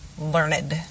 learned